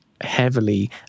heavily